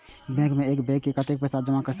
Bank में एक बेर में कतेक पैसा जमा कर सके छीये?